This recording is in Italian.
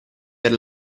per